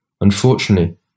Unfortunately